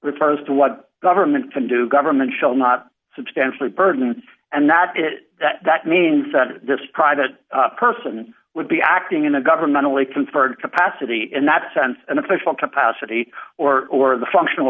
refers to what government can do government shall not substantially burden and that it that that means that this private person would be acting in a governmentally conferred capacity in that sense an official capacity or or the functional